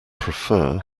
prefer